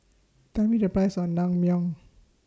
Tell Me The Price of Naengmyeon